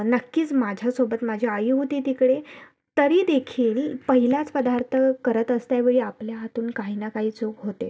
नक्कीच माझ्यासोबत माझी आई होती तिकडे तरीदेखील पहिलाच पदार्थ करत असतेवेळी आपल्या हातून काही ना काही चूक होतेच